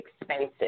expensive